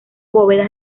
bóvedas